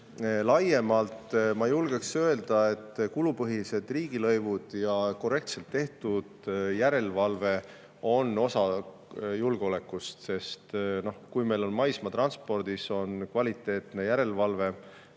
ma julgeks öelda, et kulupõhised riigilõivud ja korrektselt tehtud järelevalve on osa julgeolekust, sest kui meil on maismaatranspordis on kvaliteetne järelevalve,